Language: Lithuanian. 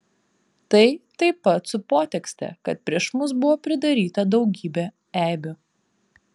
tai taip pat su potekste kad prieš mus buvo pridaryta daugybė eibių